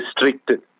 restricted